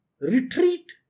Retreat